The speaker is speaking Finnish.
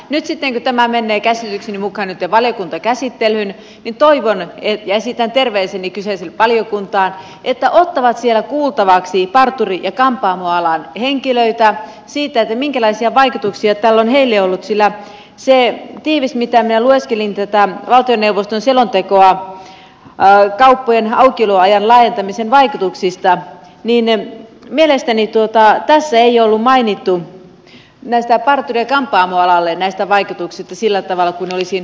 nyt sitten kun tämä menee käsitykseni mukaan valiokuntakäsittelyyn toivon ja esitän terveiseni kyseiseen valiokuntaan että ottavat siellä kuultavaksi parturi ja kampaamoalan henkilöitä siitä että minkälaisia vaikutuksia tällä on heille ollut sillä kun minä lueskelin tätä valtioneuvoston tiivistä selontekoa kauppojen aukioloajan laajentamisen vaikutuksista niin mielestäni tässä ei ollut mainittu näistä vaikutuksista parturi ja kampaamoalalle sillä tavalla kuin olisin odottanut